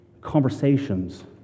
conversations